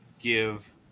give